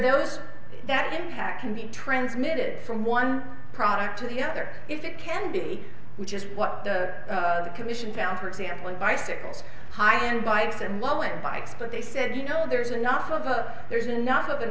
those that impact can be transmitted from one product to the other if it can be which is what the commission found for example in bicycles high end bikes and low and bikes but they said you know there's enough of a there's enough of an